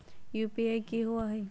UPI कि होअ हई?